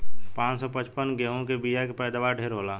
पान सौ पचपन गेंहू के बिया के पैदावार ढेरे होला